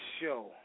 show